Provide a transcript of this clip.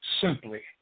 simply